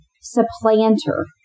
supplanter